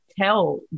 tell